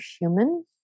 human